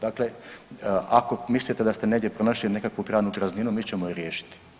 Dakle, ako mislite da ste negdje pronašli nekakvu pravnu prazninu mi ćemo je riješiti.